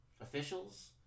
officials